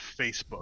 facebook